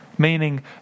Meaning